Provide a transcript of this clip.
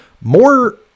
more